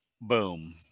boom